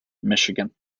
michigan